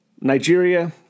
Nigeria